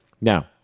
now